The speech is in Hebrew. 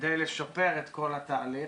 כדי לשפר את כל התהליך,